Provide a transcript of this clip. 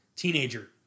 teenager